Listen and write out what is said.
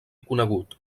conegut